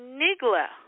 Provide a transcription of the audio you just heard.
nigla